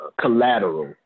collateral